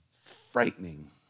frightening